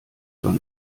soll